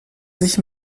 sich